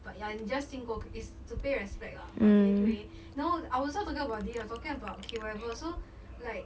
but ya and 你 just 经过 is to pay respect lah but okay anyway no I was not talking about this you are talking about okay whatever so like